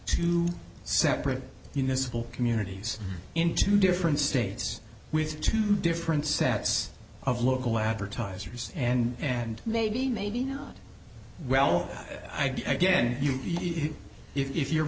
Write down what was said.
two separate in this whole communities in two different states with two different sets of local advertisers and maybe maybe not well i do again you even if you're